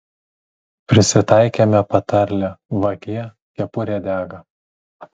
prisitaikėme patarlę vagie kepurė dega